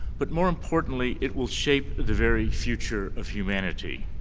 but more importantly, it will shape the very future of humanity.